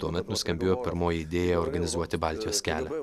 tuomet nuskambėjo pirmoji idėja organizuoti baltijos kelią